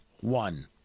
one